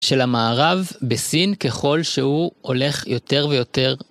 של המערב בסין ככל שהוא הולך יותר ויותר.